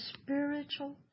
spiritual